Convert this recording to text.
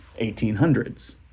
1800s